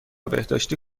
بهداشتی